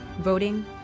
voting